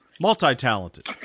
multi-talented